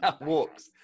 Walks